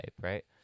right